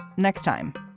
next time,